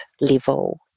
level